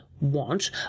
want